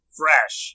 fresh